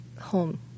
home